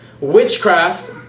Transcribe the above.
witchcraft